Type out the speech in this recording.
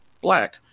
black